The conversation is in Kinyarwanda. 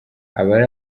abari